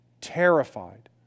terrified